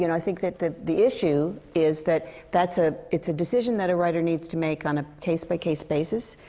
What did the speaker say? you know i think that the the issue is that that's a it's a decision that a writer needs to make on a case-by-case basis.